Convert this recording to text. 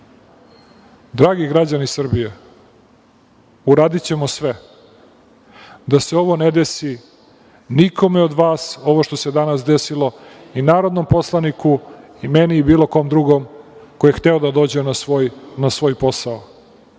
dragi građani Srbije, uradićemo sve da se ovo ne desi nikome od vas, ovo što se danas desilo, ni narodnom poslaniku, i meni i bilo kom drugom ko je hteo da dođe na svoj posao.